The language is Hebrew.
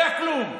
היה כלום.